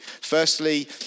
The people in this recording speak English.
Firstly